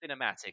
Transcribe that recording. cinematic